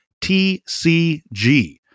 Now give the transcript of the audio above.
TCG